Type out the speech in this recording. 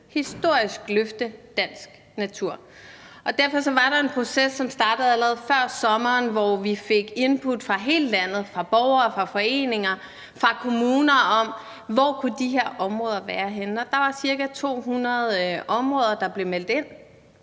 historisk skal løfte dansk natur. Derfor var der en proces, som startede allerede før sidste sommer, hvor vi fik input fra hele landet, altså fra borgere, foreninger og kommuner, til, hvor de her områder kunne være henne. Der blev meldt ca.